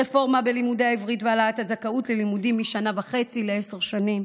רפורמה בלימודי העברית והעלאת הזכאות ללימודים משנה וחצי לעשר שנים,